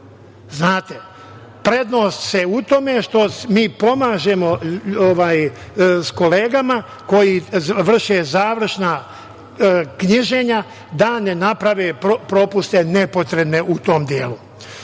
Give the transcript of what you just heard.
računa. Prednost je u tome što mi pomažemo kolegama koji vrše završna knjiženja da ne naprave propuste nepotrebne u tom delu. Ovde